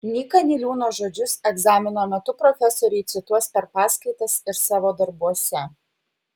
nyka niliūno žodžius egzamino metu profesoriai cituos per paskaitas ir savo darbuose